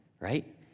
right